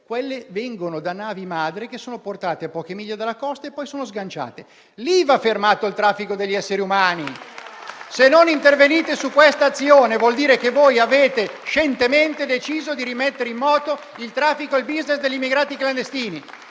barche vengono da navi madre: sono portate a poche miglia dalla costa e poi sganciate. Lì va fermato il traffico degli esseri umani! Se non intervenite su questa azione, vuol dire che voi avete scientemente deciso di rimettere in moto il traffico e il *business* degli immigrati clandestini,